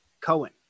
Cohen